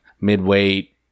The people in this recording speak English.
mid-weight